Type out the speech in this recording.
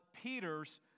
Peter's